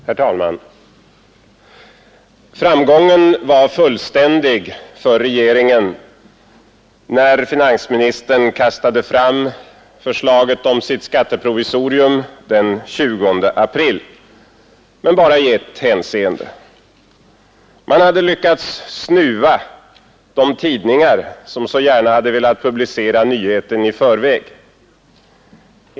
Herr talman! Framgången var fullständig för regeringen när finansministern kastade fram förslaget om sitt skatteprovisorium den 20 april — men bara i ett hänseende. Man hade lyckats snuva de tidningar som så gärna hade velat publicera nyheten i förväg.